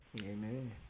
Amen